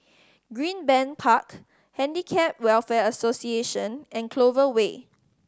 Greenbank Park Handicap Welfare Association and Clover Way